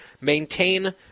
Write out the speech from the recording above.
maintain